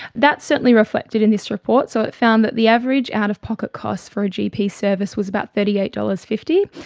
that's certainly reflected in this report. so it found that the average out-of-pocket cost for a gp service was about thirty eight dollars. fifty.